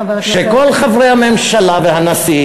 חבר הכנסת.